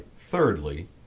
thirdly